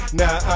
now